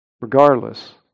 regardless